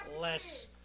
less